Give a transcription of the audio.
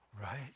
right